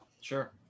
Sure